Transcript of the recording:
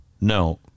No